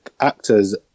actors